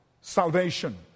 salvation